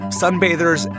sunbathers